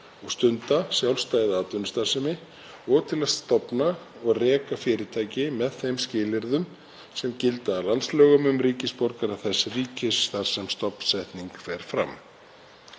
og stunda sjálfstæða atvinnustarfsemi og til að stofna og reka fyrirtæki með þeim skilyrðum sem gilda að landslögum um ríkisborgara þess ríkis þar sem stofnsetning fer fram.